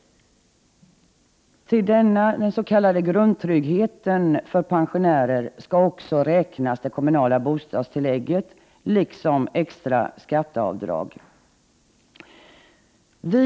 Till denna s.k. grundtrygghet för pensionärer skall också räknas det kommunala bostadstillägget liksom extra skatteavdrag.